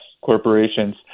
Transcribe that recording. corporations